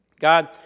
God